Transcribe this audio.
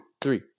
three